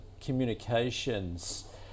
Communications